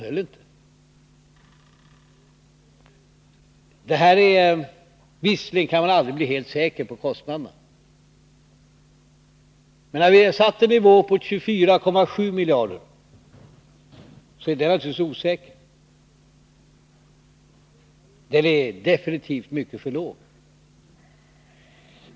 Visserligen kan man aldrig bli helt säker på kostnaderna, men när man har satt kostnadsnivån vid 24,7 miljarder, är beräkningen naturligtvis osäker — beloppet är definitivt mycket för lågt.